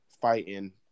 fighting